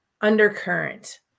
undercurrent